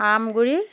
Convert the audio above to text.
Amguri